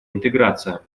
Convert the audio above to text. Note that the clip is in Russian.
интеграция